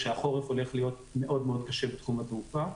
החורף הולך להיות מאוד מאוד קשה בתחום התעופה.